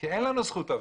כי אין לנו זכות הפגנה.